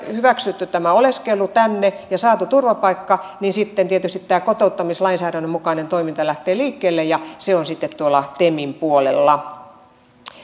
hyväksytty tämä oleskelu ja saatu turvapaikka ja sitten tietysti tämä kotouttamislainsäädännön mukainen toiminta lähtee liikkeelle ja se on sitten tuolla temin puolella